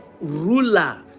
ruler